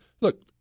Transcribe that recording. Look